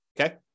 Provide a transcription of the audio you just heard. Okay